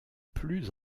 plus